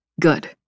Good